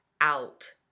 out